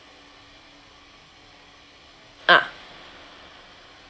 ah